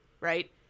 right